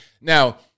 Now